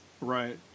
Right